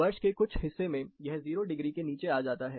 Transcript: वर्ष के कुछ हिस्से में यह जीरो डिग्री के नीचे आ जाता है